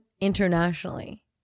internationally